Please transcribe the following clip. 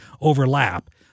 overlap